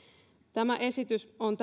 tämä esitys on